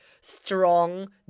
strong